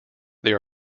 there